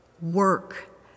work